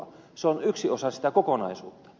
se on yksi osa sitä kokonaisuutta